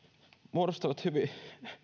muodostavat hyvin